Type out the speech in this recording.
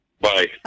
bye